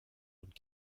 und